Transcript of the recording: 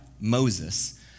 Moses